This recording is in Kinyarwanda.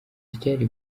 icyari